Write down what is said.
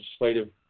legislative